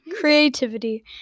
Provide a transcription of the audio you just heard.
Creativity